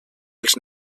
els